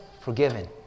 forgiven